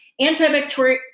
antibacterial